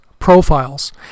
profiles